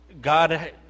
God